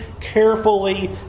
carefully